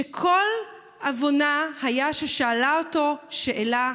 שכל עוונה היה ששאלה אותו שאלה,